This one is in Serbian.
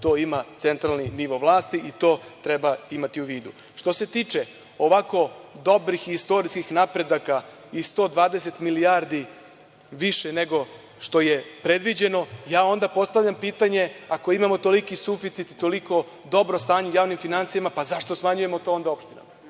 što ima centralni nivo vlasti i to treba imati u vidu. Što se tiče ovako dobrih istorijskih napredaka i 120 milijardi više nego što je predviđeno, ja onda postavljam pitanje, ako imamo toliki suficit, toliko dobro stanje u javnim finansijama, pa zašto onda smanjujemo to opštinama.